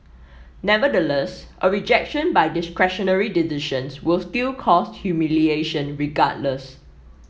nevertheless a rejection by discretionary decisions will still cause humiliation regardless